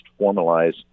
formalize